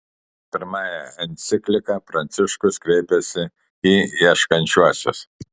pirmąja enciklika pranciškus kreipiasi į ieškančiuosius